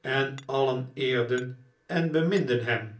en alien eerden en beminden hem